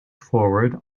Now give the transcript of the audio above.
forward